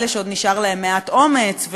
אלה שעוד נשאר להם מעט אומץ,